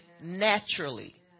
naturally